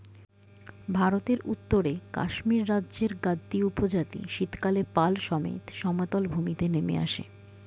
ভারতের উত্তরে কাশ্মীর রাজ্যের গাদ্দী উপজাতি শীতকালে পাল সমেত সমতল ভূমিতে নেমে আসে